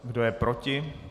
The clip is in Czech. Kdo je proti?